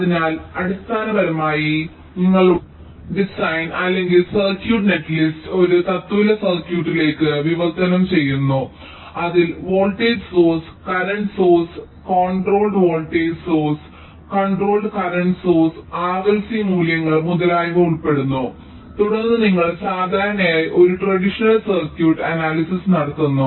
അതിനാൽ അടിസ്ഥാനപരമായി നിങ്ങൾ നിങ്ങളുടെ ഡിസൈൻ അല്ലെങ്കിൽ സർക്യൂട്ട് നെറ്റ് ലിസ്റ്റ് ഒരു തത്തുല്യ സർക്യൂട്ടിലേക്ക് വിവർത്തനം ചെയ്യുന്നു അതിൽ voltage source current source controlled voltage source controlled current source R L C മൂല്യങ്ങൾ മുതലായവ ഉൾപ്പെടുന്നു തുടർന്ന് നിങ്ങൾ സാധാരണയായി ഒരു ട്രഡീഷണൽ സർക്യൂട്ട് അനാലിസിസ് നടത്തുന്നു